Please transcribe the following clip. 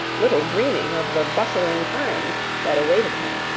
little dreaming of the bustling times that awaited him.